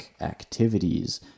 activities